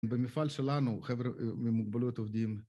במפעל שלנו, חבר'ה, ממוגבלויות עובדים